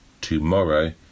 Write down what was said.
tomorrow